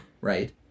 right